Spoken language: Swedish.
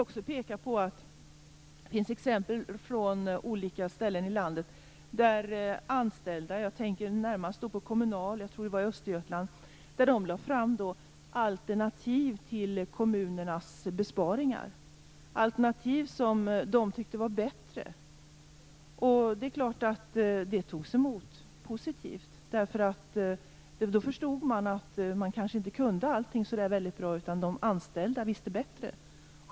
Det finns exempel från olika ställen i landet där anställda - jag tänker närmast på Kommunal i Östergötland - lade fram alternativa förslag till kommunala besparingar. De tyckte att alternativen var bättre. Det togs emot positivt. Då förstod man att de anställda visste bättre.